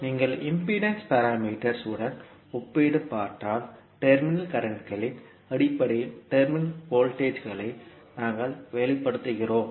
எனவே நீங்கள் impedance parameters உடன் ஒப்பிட்டுப் பார்த்தால் டெர்மினல் கரண்ட்களின் அடிப்படையில் டெர்மினல் வோல்டேஜ்களை நாங்கள் வெளிப்படுத்துகிறோம்